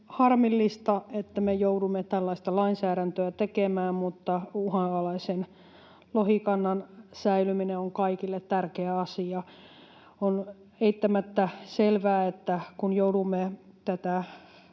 harmillista, että me joudumme tällaista lainsäädäntöä tekemään, mutta uhanalaisen lohikannan säilyminen on kaikille tärkeä asia. On eittämättä selvää, että kun joudumme tätä